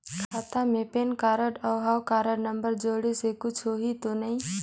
खाता मे PAN card और हव कारड नंबर जोड़े से कुछ होही तो नइ?